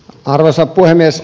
arvoisa puhemies